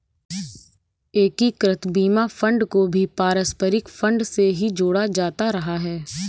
एकीकृत बीमा फंड को भी पारस्परिक फंड से ही जोड़ा जाता रहा है